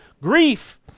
Grief